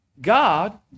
God